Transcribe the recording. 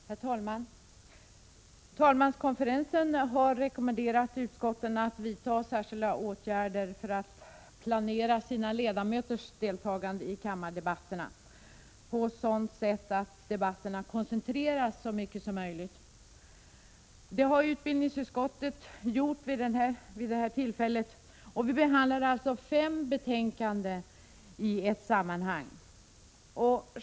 Herr talman! Talmanskonferensen har rekommenderat utskotten att vidta särskilda åtgärder för att planera sina ledamöters deltagande i kammardebatterna på ett sådant sätt att debatterna koncentreras så mycket som möjligt. Detta har utbildningsutskottet gjort vid det här tillfället. Vi behandlar alltså fem betänkanden i ett sammanhang.